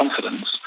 confidence